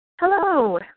Hello